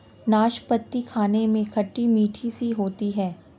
नाशपती खाने में खट्टी मिट्ठी सी होती है